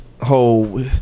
whole